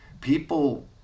people